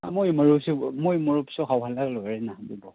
ꯃꯣꯏ ꯃꯔꯨꯞꯁꯨ ꯃꯣꯏ ꯃꯔꯨꯞꯁꯨ ꯍꯧꯍꯜꯂ ꯂꯣꯏꯔꯦꯅ ꯑꯗꯨꯕꯣ